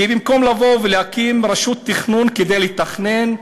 כי במקום לבוא ולהקים רשות תכנון כדי לתכנן,